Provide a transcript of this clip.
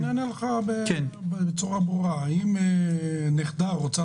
אני אענה לך בצורה ברורה: אם נכדה רוצה